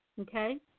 Okay